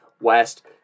West